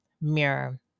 Mirror